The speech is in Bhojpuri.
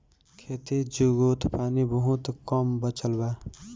खेती जुगुत पानी बहुत कम बचल बा